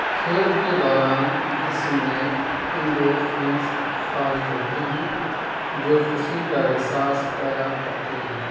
کھیل کے دوران جسم میں انڈوفینز خارج ہوتے ہیں جو خوشی کا احساس پیدا کرتے ہیں